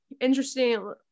interesting